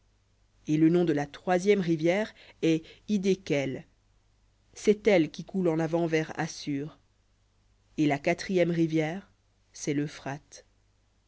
et le nom de la troisième rivière est hiddékel c'est elle qui coule en avant vers assur et la quatrième rivière c'est